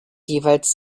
jeweils